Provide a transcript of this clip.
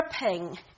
dripping